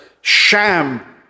sham